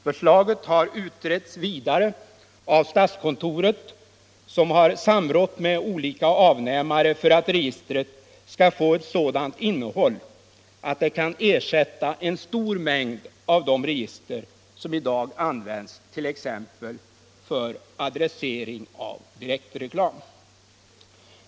Förslaget har utretts vidare av statskontoret, som har samrått med olika avnämare, för att registret skall få ett sådant innehåll att det kan ersätta en stor mängd av de register som i dag finns, t.ex. för adressering av direktreklam.